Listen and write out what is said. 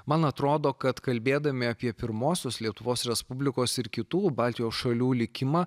man atrodo kad kalbėdami apie pirmosios lietuvos respublikos ir kitų baltijos šalių likimą